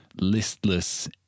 listless